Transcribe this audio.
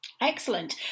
Excellent